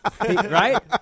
right